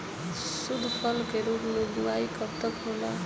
शुद्धफसल के रूप में बुआई कब तक होला?